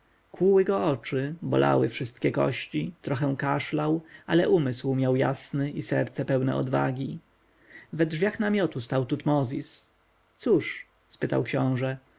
kłuły go oczy bolały wszystkie kości trochę kaszlał ale umysł miał jasny i serce pełne odwagi we drzwiach namiotu stał tutmozis cóż spytał książę